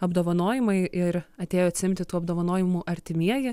apdovanojimai ir atėjo atsiimti tų apdovanojimų artimieji